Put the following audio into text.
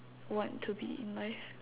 want to be in life